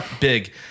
Big